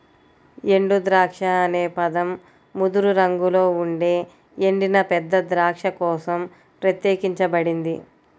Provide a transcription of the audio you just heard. ఎండుద్రాక్ష అనే పదం ముదురు రంగులో ఉండే ఎండిన పెద్ద ద్రాక్ష కోసం ప్రత్యేకించబడింది